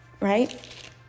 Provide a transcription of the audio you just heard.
right